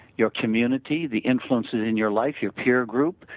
your community, the influences in your life, your peer group,